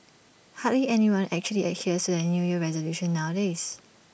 hardly anyone actually adheres their New Year resolutions nowadays